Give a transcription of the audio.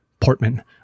portman